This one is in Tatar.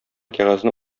кәгазьне